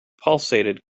pulsated